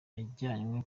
yajyanywe